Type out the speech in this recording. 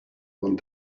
one